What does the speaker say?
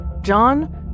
John